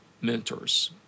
mentors